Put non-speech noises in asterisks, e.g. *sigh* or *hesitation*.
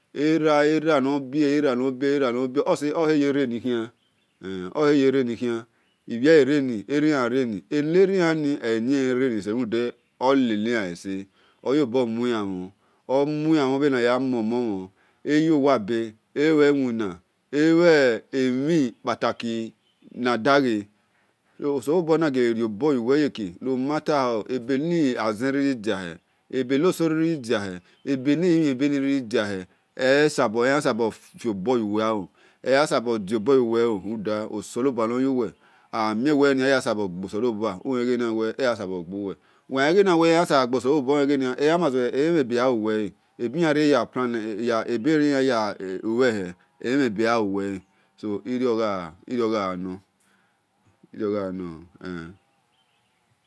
Era era era nor bera oseyereni khian oyereni khian ebhiele reni enan rainibenani sel runde oleni an ese oyobo mwenmbhen omui an mhon bhe naya muomon mhon eyowa be̱ elue wina elue emhi ropataki nadare oselobua nagele riobor yuwe yere np mata hpw ebelemi azen riri diahe eseno so riri diahe ebenelimhi en beriri diahe esabo fioba yu wel lo runda oselobua no yuwel amie wel eyun sabor gboselobua ule we eyansagbo gbuwel wel ghale wel eyansaborbo gho selobua wil leghe emhebe yanluwele ebi an riri yaplan ne esiyanriri ya lue he̱ emhebeyan luwele so irio-gha nor *hesitation*